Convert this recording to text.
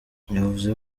yavuze